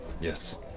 Yes